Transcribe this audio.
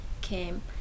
came